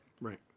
Right